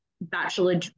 bachelor